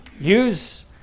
Use